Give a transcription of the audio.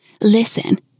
Listen